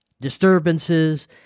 disturbances